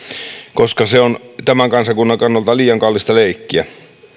koska se on tämän kansakunnan kannalta liian kallista leikkiä